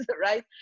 right